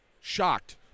shocked